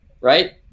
right